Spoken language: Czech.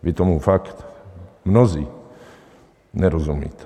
Vy tomu fakt mnozí nerozumíte.